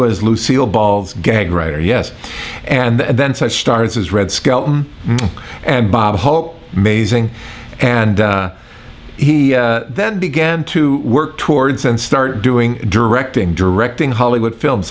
was lucille ball gag writer yes and then i started his red skelton and bob hope mazing and he then began to work towards and started doing directing directing hollywood films